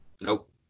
nope